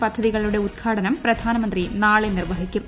പദ്ധതികളുടെ ഉദ്ഘാടന്റ് പ്രെധാനമന്ത്രി നാളെ നിർവഹിക്കും